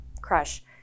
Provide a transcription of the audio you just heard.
crush